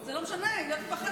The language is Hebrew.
זה לא משנה, היא לא תיבחר.